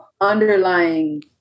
underlying